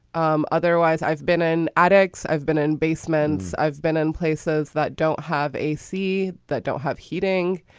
um otherwise, i've been in adx, i've been in basements. i've been in places that don't have ac, that don't have heating.